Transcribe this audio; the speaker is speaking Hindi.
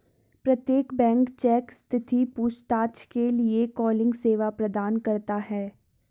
प्रत्येक बैंक चेक स्थिति पूछताछ के लिए कॉलिंग सेवा प्रदान करता हैं